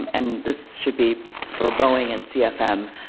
and this should be for boeing and cfm,